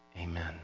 Amen